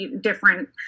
different